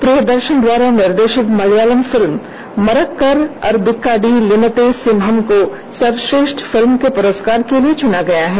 प्रियदर्शन द्वारा निर्देशित मलयालम फिल्म मरक्कर अरबिक्काडिलिनते सिम्हम को सर्वश्रेष्ठ फिल्म के पुरस्कार के लिए चुना गया है